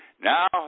Now